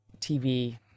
TV